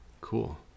Cool